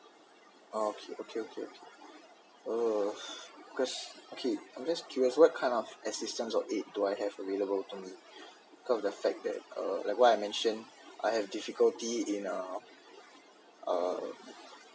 oh okay okay okay uh because okay I'm just curious what kind of assistance of aid that's available to me because of the fact that uh like what I mentioned I have difficulty in a uh